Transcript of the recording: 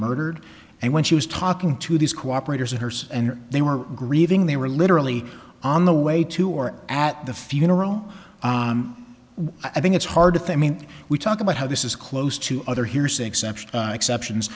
murdered and when she was talking to these cooperators of hers and they were grieving they were literally on the way to or at the funeral i think it's hard if they mean we talk about how this is close to other hearsay exception exceptions